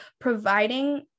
providing